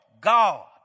God